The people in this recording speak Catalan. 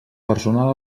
personal